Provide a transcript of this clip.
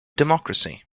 democracy